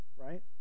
Right